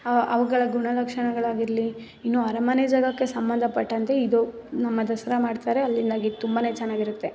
ಅ ಅವುಗಳ ಗುಣಲಕ್ಷಣಗಳಾಗಿರಲಿ ಇನ್ನು ಅರಮನೆ ಜಾಗಕ್ಕೆ ಸಂಬಂಧಪಟ್ಟಂತೆ ಇದು ನಮ್ಮ ದಸರಾ ಮಾಡ್ತಾರೆ ಅಲ್ಲಿಂದಾಗಿ ತುಂಬ ಚೆನ್ನಾಗಿರುತ್ತೆ